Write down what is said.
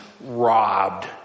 robbed